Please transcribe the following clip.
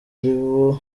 aribo